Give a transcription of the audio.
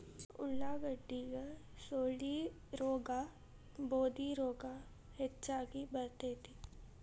ಉಳಾಗಡ್ಡಿಗೆ ಸೊಳ್ಳಿರೋಗಾ ಬೂದಿರೋಗಾ ಹೆಚ್ಚಾಗಿ ಬಿಳತೈತಿ